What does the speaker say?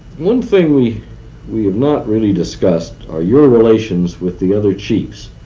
one thing we we have not really discussed are your ah relations with the other chiefs.